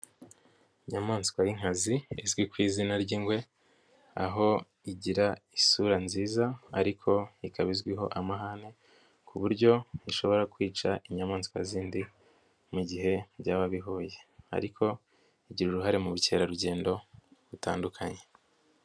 Inyamaswa y'inkazi izwi ku izina ry'ingwe aho igira isura nziza ariko ikaba izwiho amahane ku buryo ishobora kwica inyamaswa zindi mu gihe byaba bihuye ariko igira uruhare mu bukerarugendo butandukanye.